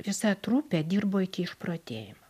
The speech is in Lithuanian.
visa trupė dirbo iki išprotėjimo